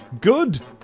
good